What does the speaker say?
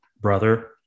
brother